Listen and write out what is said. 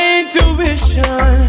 intuition